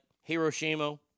Hiroshima